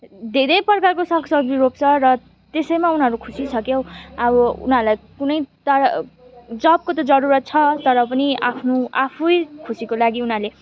धेरै प्रकारको साग सब्जी रोप्छ र त्यसैमा उनीहरू खुसी छ क्याउ अब उनीहरूलाई कुनै तर जबको त जरुरत छ तर पनि आफ्नो आफै खुसीको लागि उनीहरूले